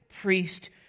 priest